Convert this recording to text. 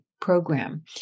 program